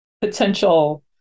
potential